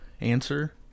answer